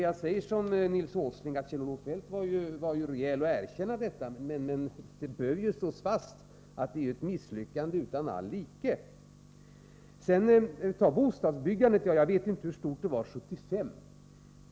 Jag säger som Nils Åsling, att Kjell-Olof Feldt var rejäl nog att erkänna detta, men det bör slås fast att det är ett misslyckande utan jämförelse. När det gäller bostadsbyggandet, så vet jag inte hur stort det var 1975.